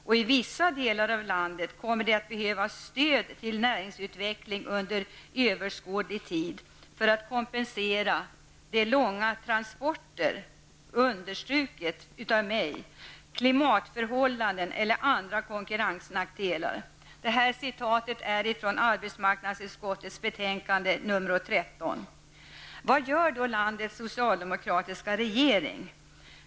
I vissa delar av landet kommer det att behövas stöd till näringsutveckling under överskådlig tid för att kompensera för långa transporter'' -- vilket är något som jag vill betona -- ''klimatförhållanden eller andra konkurrensnackdelar --.'' Detta citat är hämtat från arbetsmarknadsutskottets betänkande Vad gör då landets socialdemokratiska regering?